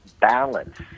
balance